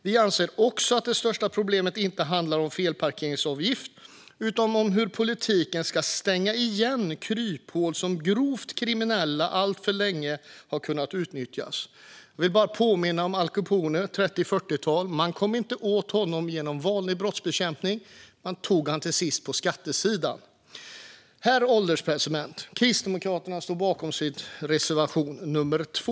Vi anser också att det största problemet inte handlar om felparkeringsavgifter utan om hur politiken ska täppa till kryphål som grovt kriminella alltför länge har kunnat utnyttja. Jag vill bara påminna om Al Capone, på 30 och 40-talen. Man kom inte åt honom genom vanlig brottsbekämpning. Man tog honom till sist på skattesidan. Herr ålderspresident! Kristdemokraterna står bakom sin reservation nr 2.